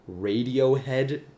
Radiohead